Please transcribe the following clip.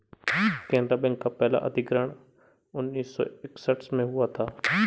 Canara bank का पहला अधिग्रहण उन्नीस सौ इकसठ में हुआ था